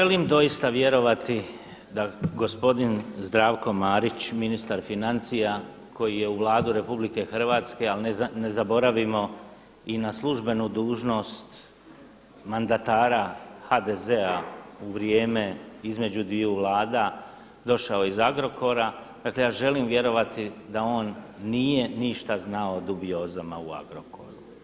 Ja želim doista vjerovati da gospodin Zdravko Marić, ministar financija koji je u Vladu RH, ali ne zaboravimo i na službenu dužnost mandatara HDZ-a u vrijeme između dviju vlada došao iz Agrokora, dakle ja želim vjerovati da on nije ništa znao o dubiozama u Agrokoru.